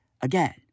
again